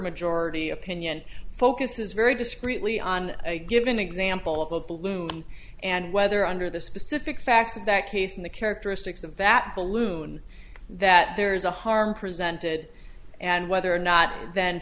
majority opinion focuses very discreetly on a given example of bloom and whether under the specific facts of that case and the characteristics of that balloon that there is a harm presented and whether or not th